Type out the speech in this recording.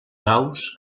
gauss